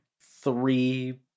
Three